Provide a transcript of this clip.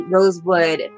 Rosewood